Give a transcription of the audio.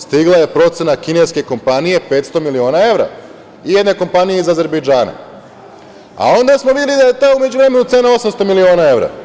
Stigla je procena kineske kompanije 500 miliona evra i jedne kompanije iz Azerbejdžana, a onda smo videli da je ta u međuvremenu cena 800 miliona evra.